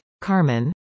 Carmen